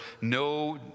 no